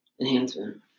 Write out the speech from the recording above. enhancement